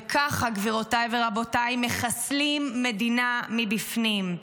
וככה, גבירותיי ורבותיי, מחסלים מדינה מבפנים.